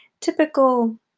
typical